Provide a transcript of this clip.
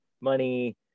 money